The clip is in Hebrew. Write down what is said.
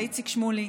איציק שמולי,